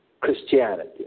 Christianity